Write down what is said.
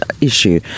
issue